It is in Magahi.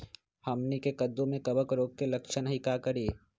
हमनी के कददु में कवक रोग के लक्षण हई का करी?